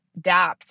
dApps